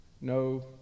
No